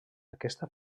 aquesta